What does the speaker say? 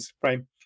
frame